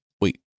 wait